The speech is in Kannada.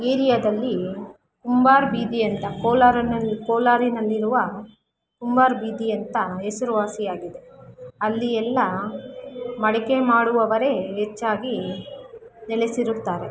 ಏರ್ಯಾದಲ್ಲಿ ಕುಂಬಾರ ಬೀದಿ ಅಂತ ಕೋಲಾರನಲ್ಲಿ ಕೋಲಾರನಲ್ಲಿರುವ ಕುಂಬಾರ ಬೀದಿ ಅಂತ ಹೆಸರುವಾಸಿಯಾಗಿದೆ ಅಲ್ಲಿ ಎಲ್ಲ ಮಡಿಕೆ ಮಾಡುವವರೇ ಹೆಚ್ಚಾಗಿ ನೆಲೆಸಿರುತ್ತಾರೆ